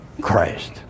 Christ